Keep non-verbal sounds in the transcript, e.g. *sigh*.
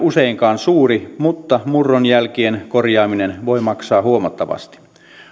*unintelligible* useinkaan suuri mutta murron jälkien korjaaminen voi maksaa huomattavasti